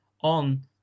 on